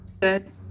good